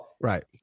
Right